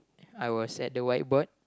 I was at the whiteboard